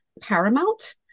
paramount